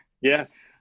Yes